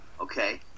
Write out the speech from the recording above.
okay